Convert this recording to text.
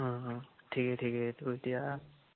অঁ অঁ ঠিকেই ঠিকেই তোৰ এতিয়া